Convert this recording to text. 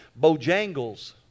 Bojangles